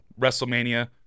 WrestleMania